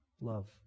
love